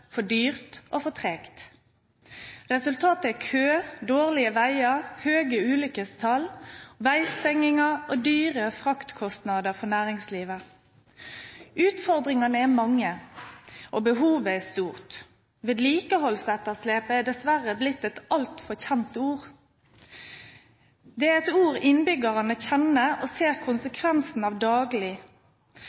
for dyrt og for tregt. Resultatet er kø, dårlige veier, høye ulykkestall, veistenginger og dyre fraktkostnader for næringslivet. Utfordringene er mange, og behovet er stort. «Vedlikeholdsetterslep» er dessverre blitt et altfor kjent ord. Det er et ord innbyggerne kjenner og daglig ser konsekvensene av.